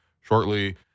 shortly